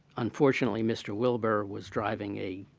unfortunately, mr. wilbur was driving a